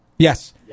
Yes